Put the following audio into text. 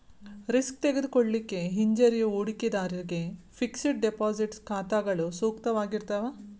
risk ತೆಗೆದುಕೊಳ್ಳಿಕ್ಕೆ ಹಿಂಜರಿಯೋ ಹೂಡಿಕಿದಾರ್ರಿಗೆ ಫಿಕ್ಸೆಡ್ ಡೆಪಾಸಿಟ್ ಖಾತಾಗಳು ಸೂಕ್ತವಾಗಿರ್ತಾವ